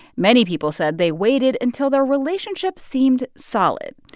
many people said they waited until their relationship seemed solid.